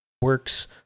works